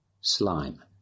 slime